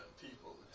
People